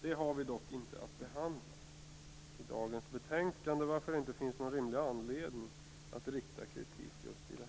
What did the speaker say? Det har vi dock inte att behandla i dagens betänkande, varför det inte finns någon rimlig anledning att rikta kritik i just det avseendet.